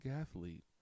athlete